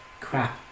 Crap